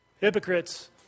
hypocrites